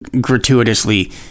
gratuitously